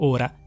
Ora